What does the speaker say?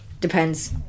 Depends